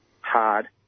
hard